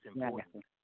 important